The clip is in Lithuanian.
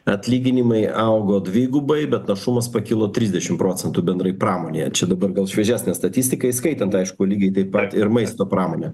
atlyginimai augo dvigubai bet našumas pakilo trisdešimt procentų bendrai pramonėje čia dabar gal šviežesnė statistika įskaitant aišku lygiai taip pat ir maisto pramonę